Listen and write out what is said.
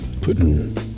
putting